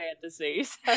fantasies